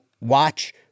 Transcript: watch